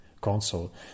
console